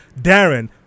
Darren